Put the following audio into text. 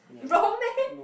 wrong meh